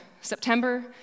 September